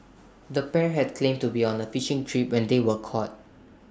the pair had claimed to be on A fishing trip when they were caught